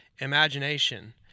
Imagination